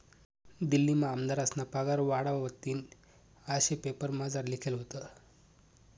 दिल्लीमा आमदारस्ना पगार वाढावतीन आशे पेपरमझार लिखेल व्हतं